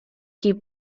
qui